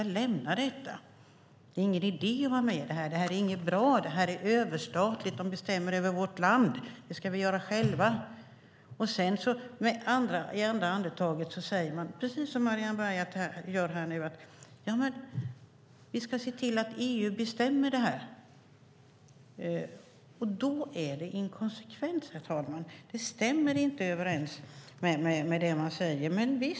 Man menar att det inte är någon idé att vara med, att det inte är bra och att det är överstatligt: De bestämmer över vårt land! Det ska vi göra själva. Men i nästa andetag säger man precis som Marianne Berg att man vill få EU att fatta rätt beslut här. Då är man inkonsekvent. Det stämmer inte överens med vad man säger annars.